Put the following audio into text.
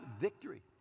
victory